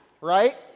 right